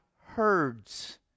herds